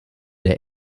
der